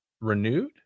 renewed